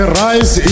rise